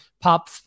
pop